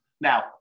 Now